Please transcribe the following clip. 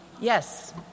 Yes